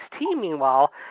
meanwhile